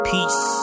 Peace